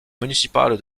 municipal